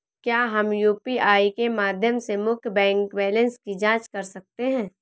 क्या हम यू.पी.आई के माध्यम से मुख्य बैंक बैलेंस की जाँच कर सकते हैं?